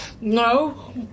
No